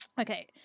Okay